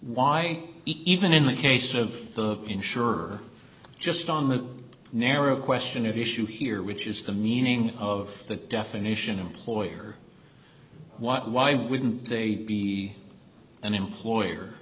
why even in the case of the insurer just on the narrow question of issue here which is the meaning of the definition employer what why wouldn't they be an employer